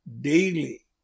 daily